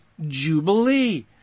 Jubilee